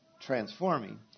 transforming